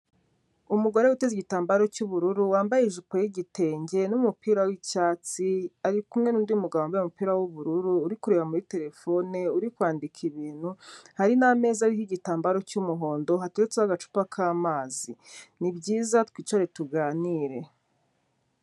Umugore witeze igitambaro cy'ubururu, wambaye ijipo y'igitenge n'umupira w'icyatsi, ari kumwe n'undi mugabo wambaye umupira w'ubururu, uri kureba muri terefone, uri kwandika ibintu, hari n'ameza ariho igitambaro cy'umuhondo, hateretseho agacupa k'amazi. Ni byiza twicare tuganire.